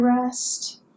rest